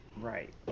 Right